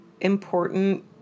important